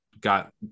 got